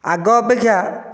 ଆଗ ଅପେକ୍ଷା